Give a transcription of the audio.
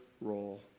role